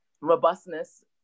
robustness